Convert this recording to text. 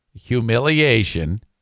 humiliation